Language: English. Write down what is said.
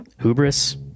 Hubris